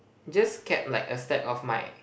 just kept like a stack of my